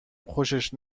خوشش